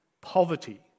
poverty